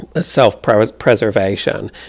self-preservation